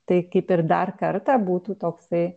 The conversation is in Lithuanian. tai kaip ir dar kartą būtų toksai